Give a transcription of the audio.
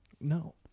No